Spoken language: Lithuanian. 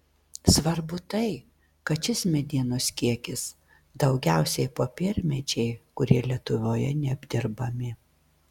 svarbu tai kad šis medienos kiekis daugiausiai popiermedžiai kurie lietuvoje neapdirbami